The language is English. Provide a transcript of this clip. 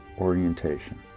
orientation